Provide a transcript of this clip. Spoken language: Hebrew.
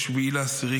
7 באוקטובר,